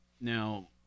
Now